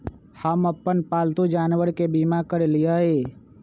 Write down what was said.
हम अप्पन पालतु जानवर के बीमा करअलिअई